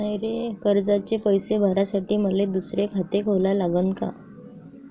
कर्जाचे पैसे भरासाठी मले दुसरे खाते खोला लागन का?